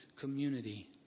community